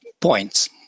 points